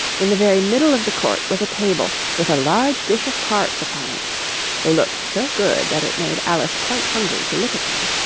in the very middle of the court was a table, with a large dish of tarts upon it they looked so good, that it made alice quite hungry to look at them